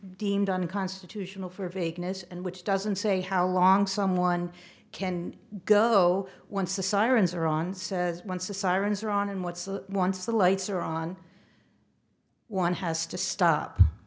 deemed unconstitutional for vagueness and which doesn't say how long someone can go once the sirens are on says once a sirens are on and what once the lights are on one has to stop